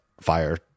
fire